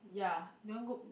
ya that one go